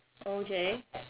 okay